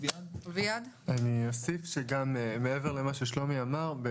אני אוסיף מעבר למה ששלומי אמר,